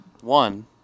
One